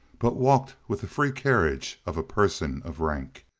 but walked with the free carriage of a person of rank.